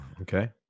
okay